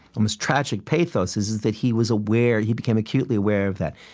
almost tragic pathos is that he was aware he became acutely aware of that.